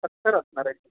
असणार आहे